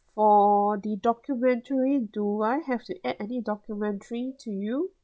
for the documentary do I have to add any documentary to you